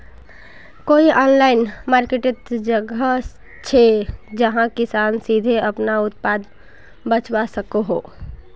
कोई online market जगह छे जहाँ किसान सीधे अपना उत्पाद बचवा सको हो?